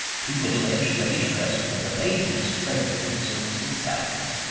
two middle-aged ladies, dressed with amazing splendour in silks and satins,